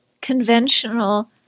conventional